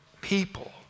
people